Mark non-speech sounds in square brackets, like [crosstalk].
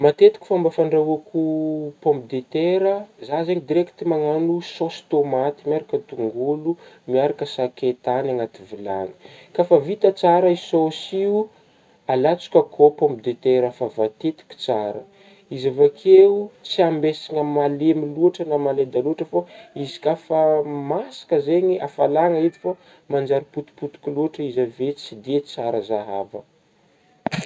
Matetika fômba fandrahôako [hesitation] pomme de terra zah zegny direct managno saosy tômaty miaraka dongolo miaraka sakay tagny anaty vilagny, ka fa vita tsara saosy io alatsaka akao pomme de terra efa voatetiky tsara izy avy eo koa tsy ambesagna malemy lôatra na maleda lôatra fô, fa izy ka efa masaka zegny efa alagna ety fô manjary potipotika lôatra izy avy eo tsy dia tsara zahavagna.